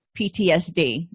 PTSD